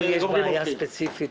פה יש בעיה ספציפית.